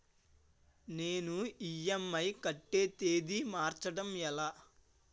నేను ఇ.ఎం.ఐ కట్టే తేదీ మార్చడం ఎలా?